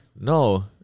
No